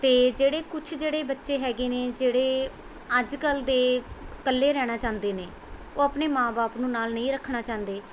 ਅਤੇ ਜਿਹੜੇ ਕੁਛ ਜਿਹੜੇ ਬੱਚੇ ਹੈਗੇ ਨੇ ਜਿਹੜੇ ਅੱਜ ਕੱਲ੍ਹ ਦੇ ਇਕੱਲੇ ਰਹਿਣਾ ਚਾਹੁੰਦੇ ਨੇ ਉਹ ਆਪਣੇ ਮਾਂ ਬਾਪ ਨੂੰ ਨਾਲ ਨਹੀਂ ਰੱਖਣਾ ਚਾਹੁੰਦੇ